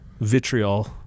vitriol